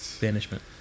banishment